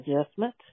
adjustment